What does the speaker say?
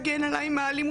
בלתי נפרד.